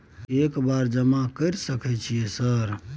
एक बार जमा कर सके सक सर?